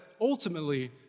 ultimately